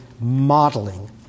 modeling